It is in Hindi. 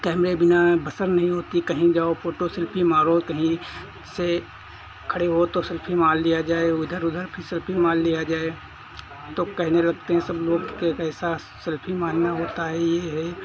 कैमरे बिना बसर नहीं होती है कहीं जाओ फ़ोटो सेल्फ़ी मारो कहीं से खड़े हो तो सेल्फ़ी मार ली जाए इधर उधर भी सेल्फ़ी मार ली जाए तो कहने लगते हैं सब लोग कि कैसा सेल्फ़ी मारना होता है यह है